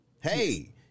Hey